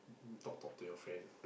talk talk to your friend